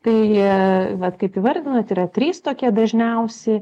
tai vat kaip įvardinot yra trys tokie dažniausi